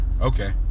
okay